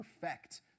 perfect